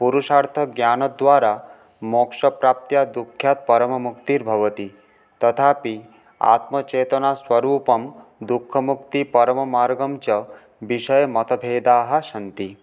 पुरुषार्थज्ञानद्वारा मोक्षप्राप्त्या दुःख्यात् परममुक्तिर्भवति तथापि आत्मचेतनस्वरूपं दुःखमुक्तिपरममार्गं च विषये मतभेदाः सन्ति